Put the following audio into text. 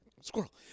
Squirrel